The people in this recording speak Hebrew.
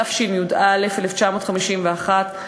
התשי"א 1951,